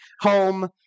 home